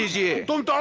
you don't don't